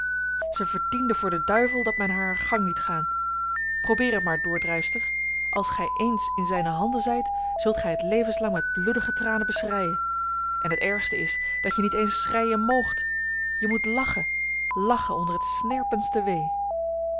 zij verdiende voor den duivel dat men haar haar gang liet gaan probeer het maar doordrijfster als gij eens in zijne handen zijt zult gij het levenslang met bloedige tranen beschreien en het ergste is dat je niet eens schreien moogt je moet lachen lachen onder het snerpendste wee